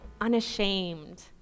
Unashamed